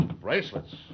Bracelets